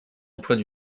emplois